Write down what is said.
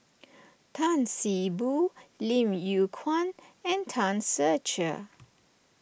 Tan See Boo Lim Yew Kuan and Tan Ser Cher